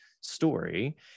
story